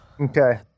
Okay